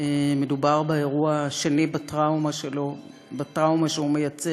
מדובר באירוע השני בטראומה שהוא מייצר